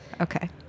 Okay